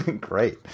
Great